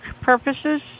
purposes